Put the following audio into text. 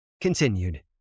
continued